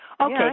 Okay